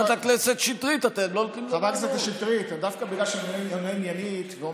חברת הכנסת שטרית, אתם לא נותנים לו לענות.